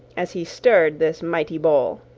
as he stirred this mighty bowl.